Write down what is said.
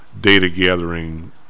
data-gathering